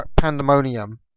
Pandemonium